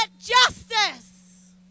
justice